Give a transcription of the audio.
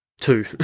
Two